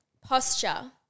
Posture